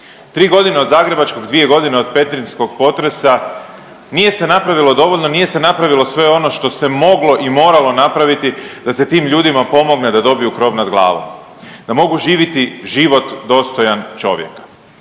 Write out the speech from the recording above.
3 godine od zagrebačkog, 2 godine od petrinjskog potresa nije se napravilo dovoljno, nije se napravilo sve ono što se moglo i moralo napraviti da se tim ljudima pomogne da dobiju krov nad glavom, da mogu živjeti život dostojan čovjeka